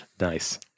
Nice